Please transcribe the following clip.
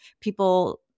people